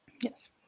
yes